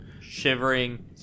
shivering